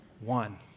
one